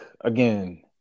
again